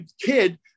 kid